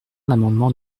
l’amendement